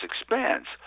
expands